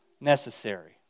necessary